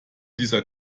dieser